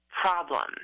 problem